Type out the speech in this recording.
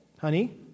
honey